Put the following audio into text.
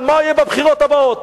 על מה הוא יהיה בבחירות הבאות?